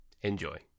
Enjoy